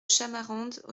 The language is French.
chamarandes